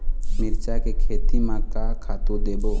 मिरचा के खेती म का खातू देबो?